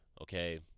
Okay